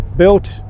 Built